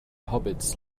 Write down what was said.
hobbits